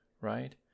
right